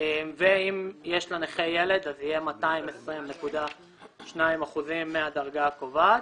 ואם יש לנכה ילד, זה יהיה 220.2% מהדרגה הקובעת.